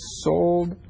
sold